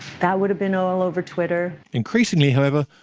that would have been all over twitter. increasingly, however,